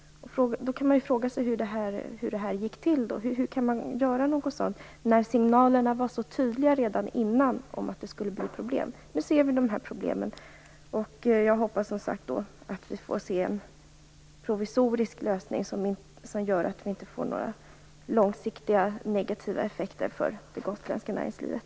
Man kan fråga sig hur det här gick till. Hur kunde man göra något sådant, när signalerna om att det skulle bli problem var så tydliga redan tidigare? Nu har vi de här problemen. Jag hoppas, som sagt, att vi får se en provisorisk lösning som inte ger några långsiktiga negativa effekter för det gotländska näringslivet.